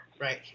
Right